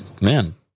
man